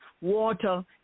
water